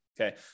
okay